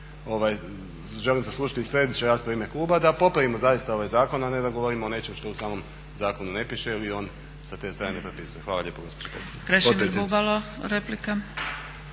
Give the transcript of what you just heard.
želim saslušati i sljedeću raspravu u ime kluba da popravimo zaista ovaj zakon a ne da govorimo o nečem što u samom zakonu ne piše ili on sa te strane ne propisuje. Hvala lijepo gospođo